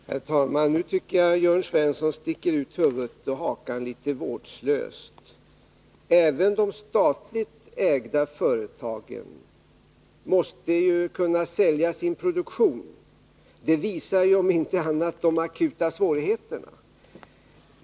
Herr talman! Nu tycker jag att Jörn Svensson sticker ut huvudet och hakan litet vårdslöst. Även de statligt ägda företagen måste kunna sälja sin produktion. Det visar om inte annat de akuta svårigheterna.